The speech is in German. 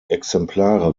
exemplare